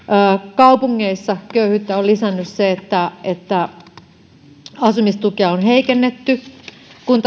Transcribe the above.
kaupungeissa köyhyyttä on lisännyt se että että asumistukea on heikennetty kun